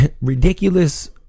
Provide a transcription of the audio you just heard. ridiculous